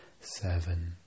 seven